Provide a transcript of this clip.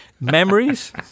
memories